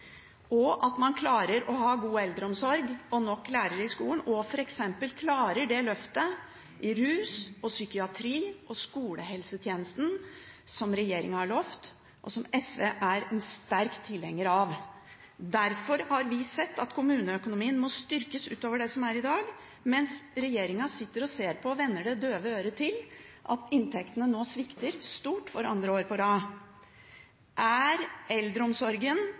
og at man klarer å ha god eldreomsorg og nok lærere i skolen, og f.eks. klarer det løftet innenfor rus og psykiatri og skolehelsetjenesten som regjeringen har lovet, og som SV er en sterk tilhenger av. Derfor har vi sett at kommuneøkonomien må styrkes utover det som er tilfellet i dag, mens regjeringen sitter og ser på og vender det døve øret til at inntektene nå svikter stort for andre år på rad. Er eldreomsorgen